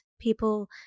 people